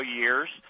years